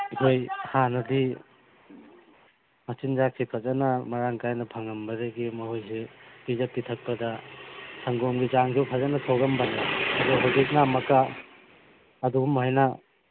ꯑꯩꯈꯣꯏ ꯍꯥꯟꯅꯗꯤ ꯃꯆꯤꯟꯖꯥꯛꯁꯦ ꯐꯖꯅ ꯃꯔꯥꯡ ꯀꯥꯏꯅ ꯐꯪꯂꯝꯕꯗꯒꯤ ꯃꯈꯣꯏꯁꯤ ꯄꯤꯖ ꯄꯤꯊꯛꯄꯗ ꯁꯪꯒꯣꯝꯒꯤ ꯆꯥꯡꯗꯨ ꯐꯖꯅ ꯊꯣꯛꯂꯝꯕꯅꯦ ꯑꯗꯨ ꯍꯧꯖꯤꯛꯅ ꯑꯃꯨꯛꯀ ꯑꯗꯨꯃꯥꯏꯅ